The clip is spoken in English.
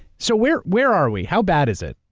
so, where where are we? how bad is it?